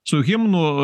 su himnu